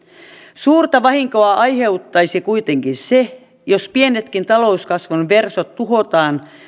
suurta vahinkoa aiheuttaisi kuitenkin se jos pienetkin talouskasvun versot tuhotaan